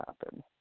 happen